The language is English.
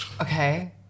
Okay